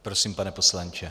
Prosím, pane poslanče.